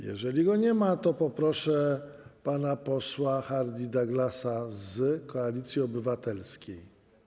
Jeżeli go nie ma, to poproszę pana posła Hardie-Douglasa z Koalicji Obywatelskiej.